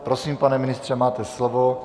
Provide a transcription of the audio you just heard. Prosím, pane ministře, máte slovo.